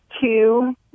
two